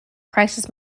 crisis